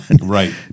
Right